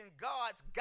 God's